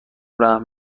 رحم